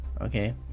okay